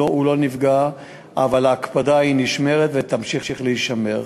הוא לא נפגע אבל ההקפדה נשמרת ותמשיך להישמר.